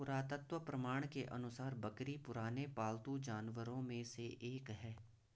पुरातत्व प्रमाण के अनुसार बकरी पुराने पालतू जानवरों में से एक है